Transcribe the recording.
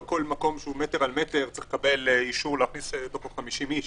לא כל מקום שהוא מטר על מטר צריך לקבל אישור להכניס לתוכו 50 איש